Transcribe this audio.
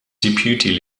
deputy